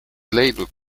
leidnud